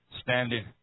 standing